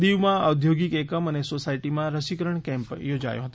દિવમાં ઔદ્યોગિક એકમ અને સોસાયટીમાં રસીકરણ કેમ્પ યોજાયો હતો